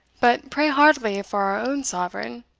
but pray heartily for our own sovereign,